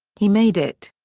he made it!